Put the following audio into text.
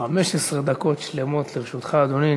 15 דקות שלמות לרשותך, אדוני.